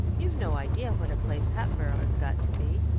you've no idea what a place hatboro' has got to be.